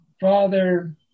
Father